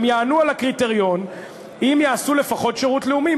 הם יענו על הקריטריונים אם יעשו לפחות שירות לאומי.